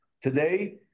Today